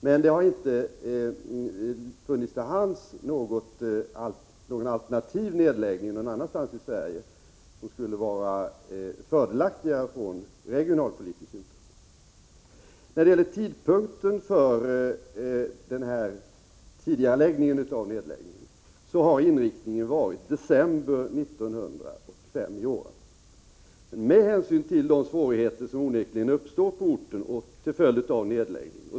Men det har inte funnits till hands någon alternativ nedläggning någon annanstans i Sverige som skulle vara fördelaktigare från regionalpolitisk synpunkt. När det gäller tidpunkten för en tidigareläggning enligt riksdagsbeslutet har inriktningen varit december 1985 med hänsyn till de svårigheter som onekligen uppstår på orten till följd av nedläggningen.